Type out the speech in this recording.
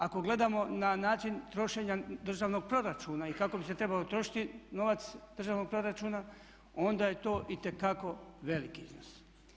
Ako gledamo na način trošenja državnog proračuna i kako bi se trebao trošiti novac državnog proračuna onda je to itekako veliki iznos.